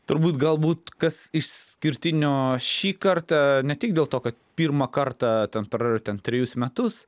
turbūt galbūt kas išskirtinio šį kartą ne tik dėl to kad pirmą kartą ten per ten trejus metus